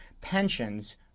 pensions